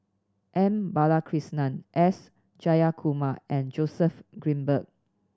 M Balakrishnan S Jayakumar and Joseph Grimberg